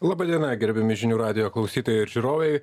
laba diena gerbiami žinių radijo klausytojai žiūrovai